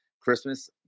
Christmas